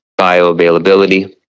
bioavailability